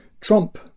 Trump